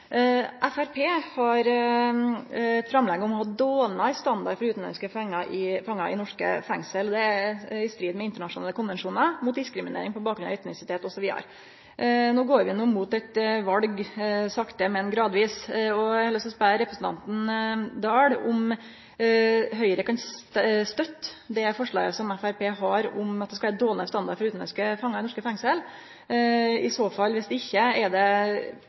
Framstegspartiet har eit framlegg om å ha dårlegare standard for utanlandske fangar i norske fengsel. Det er i strid med internasjonale konvensjonar, det er mot diskriminsering på bakgrunn av etnisitet, osv. Det går sakte og gradvis mot eit val. Eg har lyst til å spørje representanten Oktay Dahl om Høgre kan støtte det forslaget Framstegspartiet har om at det skal vere dårlegare standard for utanlandske fangar i norske fengsel. Dersom de ikkje kan det: Er det